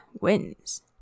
wins